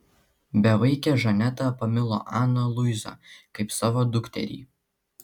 bevaikė žaneta pamilo aną luizą kaip savo dukterį